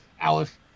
Alice –